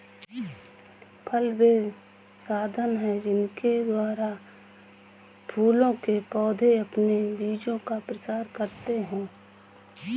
फल वे साधन हैं जिनके द्वारा फूलों के पौधे अपने बीजों का प्रसार करते हैं